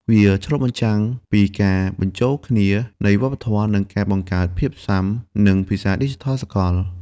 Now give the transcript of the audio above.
វាឆ្លុះបញ្ចាំងពីការបញ្ចូលគ្នានៃវប្បធម៌ និងការបង្កើតភាពសុាំនឹងភាសាឌីជីថលសកល។